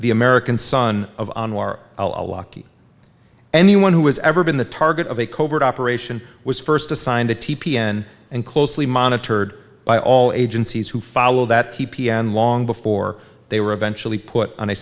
the american son of anwar a lockie anyone who has ever been the target of a covert operation was first assigned a t p n and closely monitored by all agencies who follow that t p n long before they were eventually put on a